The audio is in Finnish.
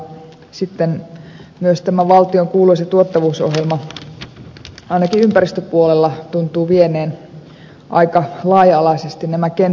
sitten myös tämä valtion kuuluisa tuottavuusohjelma ainakin ympäristöpuolella tuntuu vieneen aika laaja alaisesti nämä kenttäresurssit minimiin